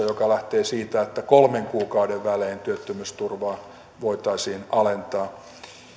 joka lähtee siitä että kolmen kuukauden välein työttömyysturvaa voitaisiin alentaa